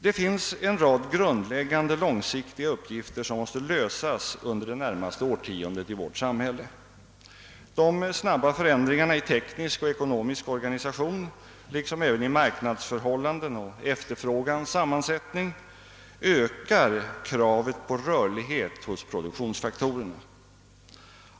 Det finns en rad grundläggande långsiktiga uppgifter som måste lösas under det närmaste årtiondet i vårt samhälle. De snabba förändringarna i teknisk och ekonomisk organisation, liksom även i marknadsförhållanden och efterfrågans sammansättning, ökar kravet på rörlighet hos produktionsfaktorerna.